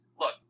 look